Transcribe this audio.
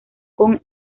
con